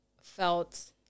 felt